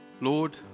Lord